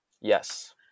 Yes